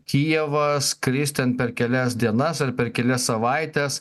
kijevas kris ten per kelias dienas ar per kelias savaites